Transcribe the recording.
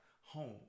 home